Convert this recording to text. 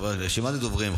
רשימת הדוברים.